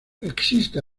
existe